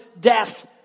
death